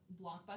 Blockbuster